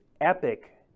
epic